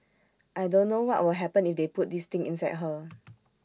I don't know what will happen if they put this thing inside her